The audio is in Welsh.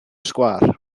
sgwâr